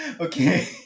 Okay